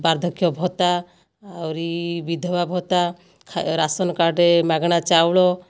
ବାର୍ଦ୍ଧକ୍ୟ ଭତ୍ତା ଆହୁରି ବିଧବା ଭତ୍ତା ରାସନ କାର୍ଡ଼ରେ ମାଗଣା ଚାଉଳ